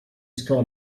straw